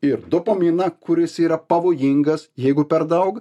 ir dopaminą kuris yra pavojingas jeigu per daug